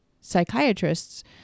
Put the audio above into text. psychiatrists